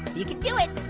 you can do it.